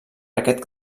aquest